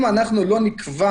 אם לא נקבע